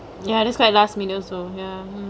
you had quite lost me also ya